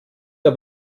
der